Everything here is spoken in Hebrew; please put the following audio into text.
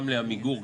גם לעמיגור,